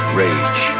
rage